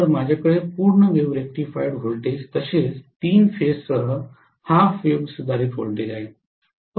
तर माझ्याकडे पूर्ण वेव्ह रेक्टिफाइड व्होल्टेज तसेच तीन फेजसह हाल्फ वेव्ह सुधारित व्होल्टेज आहे